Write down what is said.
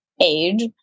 age